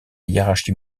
hiérarchie